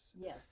Yes